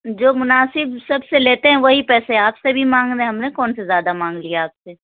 جو مناسب سب سے لیتے ہیں وہی پیسے آپ سے بھی مانگ رہے ہیں ہم نے کون سے زیادہ مانگ لیا آپ سے